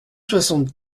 soixante